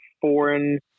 foreign